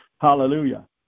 Hallelujah